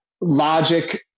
logic